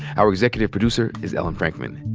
our executive producer is ellen frankman.